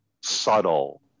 subtle